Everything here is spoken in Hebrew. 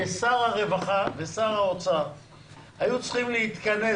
ששר הרווחה ושר האוצר היו צריכים להתכנס